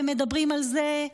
והם מדברים על זה,